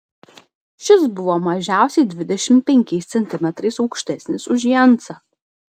šis buvo mažiausiai dvidešimt penkiais centimetrais aukštesnis už jensą